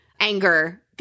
anger